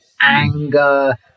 anger